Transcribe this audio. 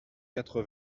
quatre